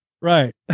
Right